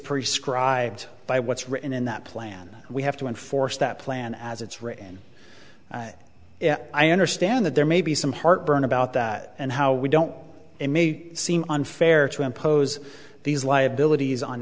prescribed by what's written in that plan we have to enforce that plan as it's written i understand that there may be some heartburn about that and how we don't it may seem unfair to impose these liabilities on